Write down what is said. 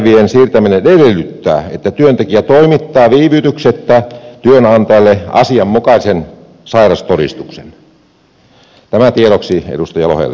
vuosilomapäivien siirtäminen edellyttää että työntekijä toimittaa viivytyksettä työnantajalle asianmukaisen sairaustodistuksen tämä tiedoksi edustaja lohelle